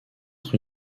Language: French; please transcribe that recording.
être